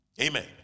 Amen